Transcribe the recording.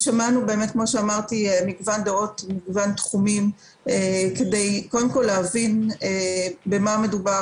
שמענו מגוון דעות במגוון תחומים כדי להבין במה מדובר,